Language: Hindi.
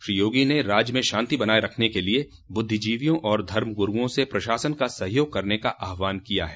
श्री योगी ने राज्य में शांति बनाये रखने के लिए बुद्धिजीवियों और धर्म गुरूओं से प्रशासन का सहयोग करने का आहवान किया है